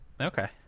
okay